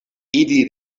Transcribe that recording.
ili